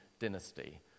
dynasty